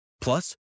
Plus